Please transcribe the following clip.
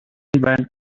when